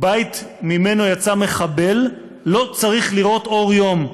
בית שממנו יצא מחבל לא צריך לראות אור יום.